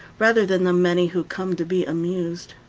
rather than the many who come to be amused